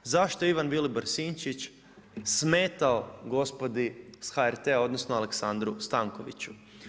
Zašto je Ivan Vilibor Sinčić smetao gospodi s HRT-a odnosno Aleksandru Stankoviću?